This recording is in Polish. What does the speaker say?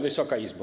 Wysoka Izbo!